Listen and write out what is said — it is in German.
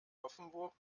offenburg